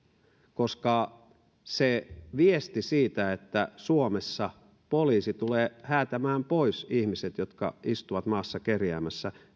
koska se viesti siitä että suomessa poliisi tulee häätämään pois ihmiset jotka istuvat maassa kerjäämässä